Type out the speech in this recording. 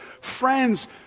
friends